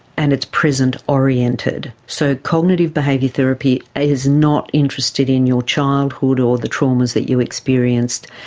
and it's present oriented, so cognitive behaviour therapy is not interested in your childhood or the traumas that you experienced,